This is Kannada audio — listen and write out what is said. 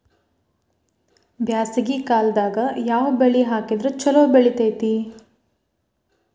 ಬ್ಯಾಸಗಿ ಕಾಲದಾಗ ಯಾವ ಬೆಳಿ ಹಾಕಿದ್ರ ಛಲೋ ಬೆಳಿತೇತಿ?